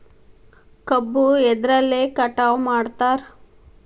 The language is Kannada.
ಕಬ್ಬು ಎದ್ರಲೆ ಕಟಾವು ಮಾಡ್ತಾರ್?